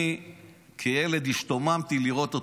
אני כילד השתוממתי לראות אותו.